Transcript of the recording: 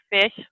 fish